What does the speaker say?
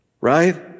Right